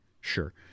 sure